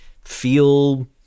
feel